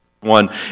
one